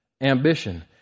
ambition